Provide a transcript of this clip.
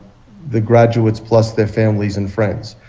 the graduates plus their families and friends.